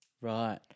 Right